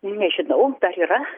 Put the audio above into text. nežinau dar yra